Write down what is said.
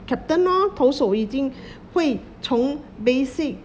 captain lor 头手已经会从 basic